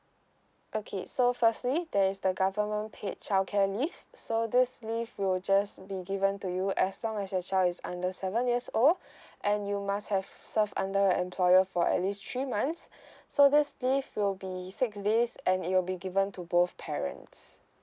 okay so firstly there is the government paid childcare leave so this leave will just be given to you as long as your child is under seven years old and you must have serve under an employer for at least three months so this leave will be six days and it will be given to both parents